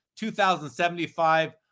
2075